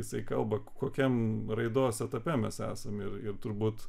jisai kalba kokiam raidos etape mes esam ir turbūt